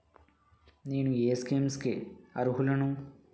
నేను ఏ స్కీమ్స్ కి అరుహులను?